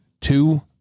two